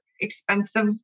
expensive